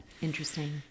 Interesting